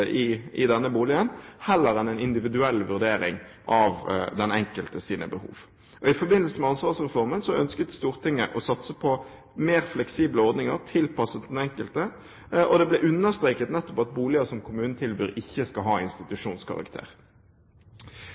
i denne boligen heller enn en individuell vurdering av den enkeltes behov. I forbindelse med ansvarsreformen ønsket Stortinget å satse på mer fleksible ordninger tilpasset den enkelte. Det ble understreket nettopp at boliger som kommunen tilbyr, ikke skal ha institusjonskarakter.